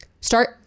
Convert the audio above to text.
start